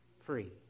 free